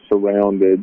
surrounded